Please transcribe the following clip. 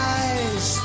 eyes